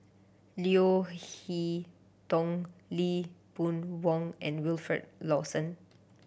Leo Hee Tong Lee Boon Wang and Wilfed Lawson